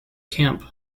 camp